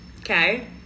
okay